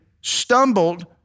stumbled